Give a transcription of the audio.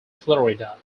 florida